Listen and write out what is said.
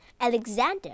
Alexander